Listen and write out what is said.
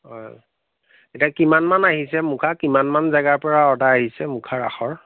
হয় এতিয়া কিমান মান আহিছে মুখা কিমান মান জেগাৰ পৰা অৰ্ডাৰ আহিছে মুখা ৰাসৰ